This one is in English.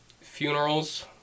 Funerals